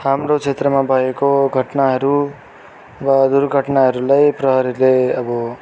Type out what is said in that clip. हाम्रो क्षेत्रमा भएको घटनाहरू र दुर्घटनाहरूलाई प्रहरीले अब